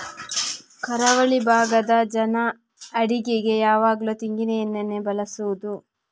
ಕರಾವಳಿ ಭಾಗದ ಜನ ಅಡಿಗೆಗೆ ಯಾವಾಗ್ಲೂ ತೆಂಗಿನ ಎಣ್ಣೆಯನ್ನೇ ಬಳಸುದು